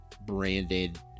branded